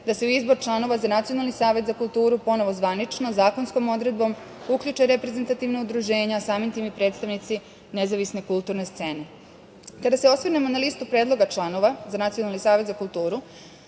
da se u izbor članova za Nacionalni savet za kulturu ponovo zvanično zakonskom odredbom uključe reprezentativna udruženja, a samim tim i predstavnici nezavisne kulturne scene. Kada se osvrnemo na listu predloga članova za Nacionalni savet za kulturu